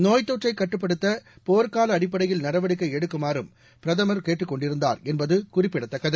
நோய்த்தொற்றைக் கட்டுப்படுத்த போர்க்கால அடிப்படையில் நடவடிக்கை எடுக்குமாறும் பிரதமர் கேட்டுக் கொண்டிருந்தார் என்பது குறிப்பிடத்தக்கது